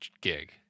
gig